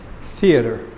theater